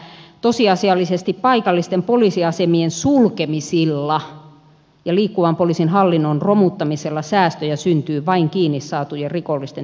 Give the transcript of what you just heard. tosiasiallisesti paikallisten poliisiasemien sulkemisilla ja liikkuvan poliisin hallinnon romuttamisella säästöjä syntyy vain kiinni saatujen rikollisten tilastolliseen määrään